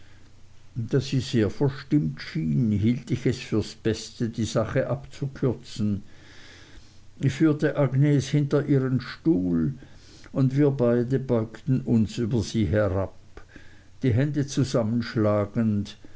da sie sehr verstimmt schien hielt ich es fürs beste die sache abzukürzen ich führte agnes hinter ihren stuhl und wir beide beugten uns über sie herab die hände zusammenschlagend